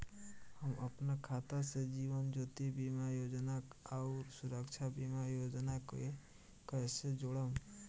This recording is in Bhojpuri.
हम अपना खाता से जीवन ज्योति बीमा योजना आउर सुरक्षा बीमा योजना के कैसे जोड़म?